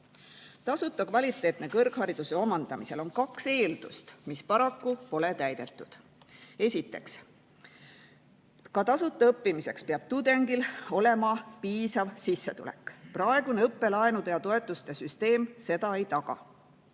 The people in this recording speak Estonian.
Tasuta kvaliteetse kõrghariduse omandamisel on kaks eeldust, mis paraku pole täidetud. Esiteks, ka tasuta õppimiseks peab tudengil olema piisav sissetulek. Praegune õppelaenude ja ‑toetuste süsteem seda ei taga.